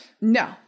No